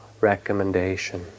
recommendation